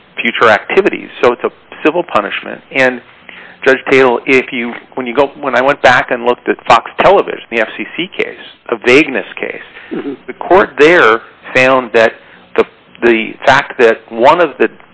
the future activities so it's a civil punishment and judge taylor if you when you go when i went back and looked at fox television the f c c case the vagueness case the court there found that the the fact that one of the